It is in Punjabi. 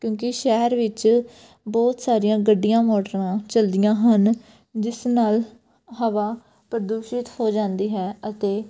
ਕਿਉਂਕਿ ਸ਼ਹਿਰ ਵਿੱਚ ਬਹੁਤ ਸਾਰੀਆਂ ਗੱਡੀਆਂ ਮੋਟਰਾਂ ਚਲਦੀਆਂ ਹਨ ਜਿਸ ਨਾਲ ਹਵਾ ਪ੍ਰਦੂਸ਼ਿਤ ਹੋ ਜਾਂਦੀ ਹੈ ਅਤੇ